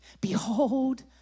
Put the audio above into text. behold